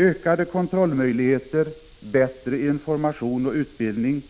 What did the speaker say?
Ökade kontrollmöjligheter, bättre information och utbildning